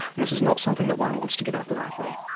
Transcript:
and this is not something that one wants to give up lightly.